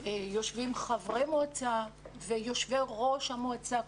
יושבים חברי מועצה ויושבי ראש המועצה.